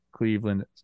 Cleveland